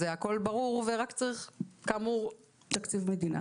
זה הכל ברור, ורק צריך כאמור --- תקציב מדינה.